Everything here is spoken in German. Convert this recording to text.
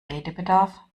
redebedarf